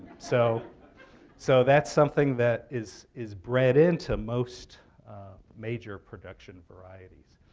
so so that's something that is is bred into most major production varieties.